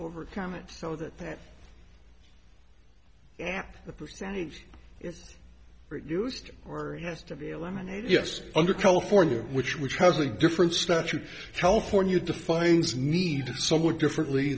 overcome it so that that yeah the percentage is reduced or has to be eliminated yes under california which which has a different statute california defines need somewhat differently